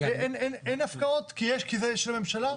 אין הפקעות כי זה של הממשלה?